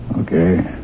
Okay